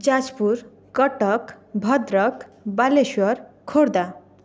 Jajpur Cuttack Bhadrak Balasore Khordha